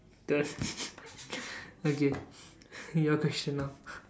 !duh! okay your question now